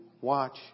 watch